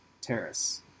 terrace